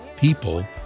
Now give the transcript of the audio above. People